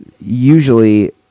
usually